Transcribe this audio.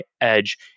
edge